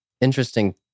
interesting